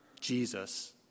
Jesus